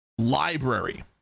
library